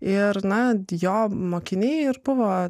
ir na jo mokiniai ir buvo